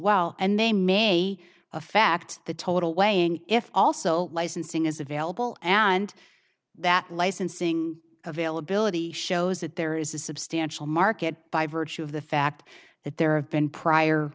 well and they may affect the total weighing if also licensing is available and that licensing availability shows that there is a substantial market by virtue of the fact that there have been prior